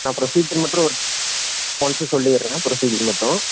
நான் ப்ரொசீஜர் மற்றும் ஒ ஒன்ஸு சொல்லிவிடுறேன் ப்ரொசீஜர் மட்டும்